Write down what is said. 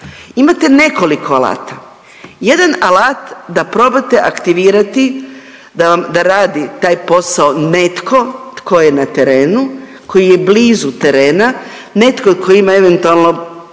Imate nekoliko alata. Jedan alat da probate aktivirati da radi taj posao netko tko je na terenu, koji je blizu terena, netko tko ima eventualno